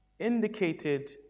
indicated